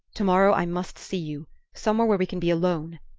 tomorrow i must see you somewhere where we can be alone,